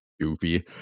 goofy